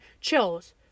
chills